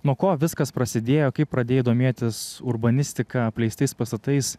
nuo ko viskas prasidėjo kai pradėjai domėtis urbanistika apleistais pastatais